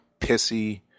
pissy